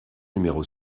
numéro